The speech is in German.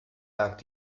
lag